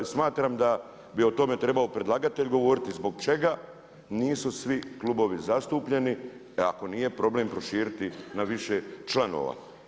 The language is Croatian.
Smatram da bi o tome trebao predlagatelj govoriti zbog čega nisu svi klubovi zastupljeni, ako nije problem proširiti na više članova.